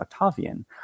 Octavian